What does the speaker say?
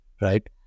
right